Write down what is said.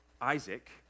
Isaac